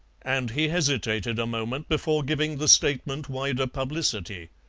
and he hesitated a moment before giving the statement wider publicity.